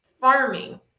farming